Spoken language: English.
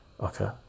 okay